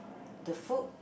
the food